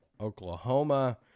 Oklahoma